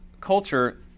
culture